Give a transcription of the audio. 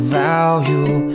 value